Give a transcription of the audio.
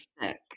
sick